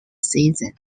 season